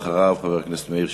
אחריו, חבר הכנסת מאיר שטרית.